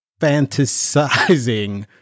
fantasizing